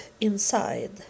inside